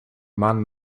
man